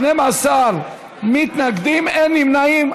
12 מתנגדים, אין נמנעים.